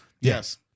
Yes